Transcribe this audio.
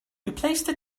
replace